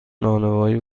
نانوایی